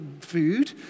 food